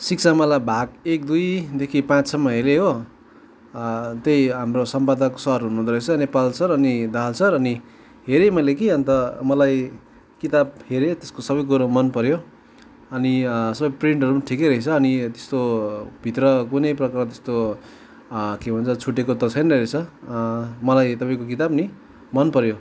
शिक्षामाला भाग एक दुईदेखि पाँचसम्म हेरेँ हो त्यही हाम्रो सम्पादक सर हुनुहुँदो रहेछ नेपाल सर अनि दाहाल सर अनि हेरेँ मैले कि अन्त मलाई किताब हेरेँ त्यसको सबै कुरा मनपऱ्यो अनि सबै प्रिन्टहरू ठिकै रहेछ अनि त्यस्तो भित्र कुनै प्रकारको त्यस्तो के भन्छ छुटेको त छैन रहेछ मलाई तपाईँको किताब नि मनपऱ्यो